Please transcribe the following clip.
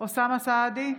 אוסאמה סעדי,